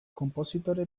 konpositore